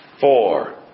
four